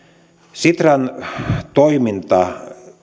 sitran toiminta